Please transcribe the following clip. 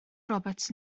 roberts